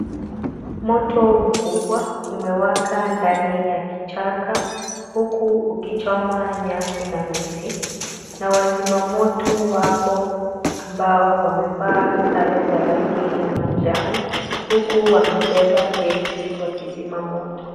Moto mkubwa umewaka ndani ya kichaka, huku ukichoma nyasi na miti, na wazimamoto wapo ambao wamevaa sare za rangi ya manjano, huku wamebeba gesi wakizima moto.